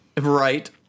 right